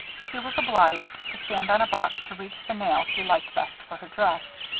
she was obliged to stand on a box to reach the nail she liked best for her dress.